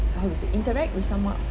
how to say interact with someone